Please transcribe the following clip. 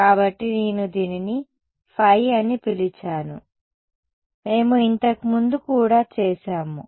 కాబట్టి నేను దీనిని Φ అని పిలిచాను మేము ఇంతకు ముందు కూడా చేసాము